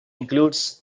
includes